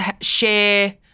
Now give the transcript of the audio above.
share